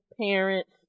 parents